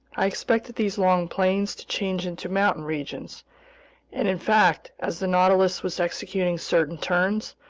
i expected these long plains to change into mountain regions, and in fact, as the nautilus was executing certain turns,